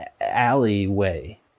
alleyway